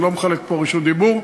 אני לא מחלק פה רשות דיבור.